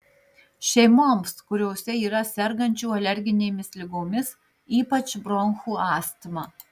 šeimoms kuriose yra sergančių alerginėmis ligomis ypač bronchų astma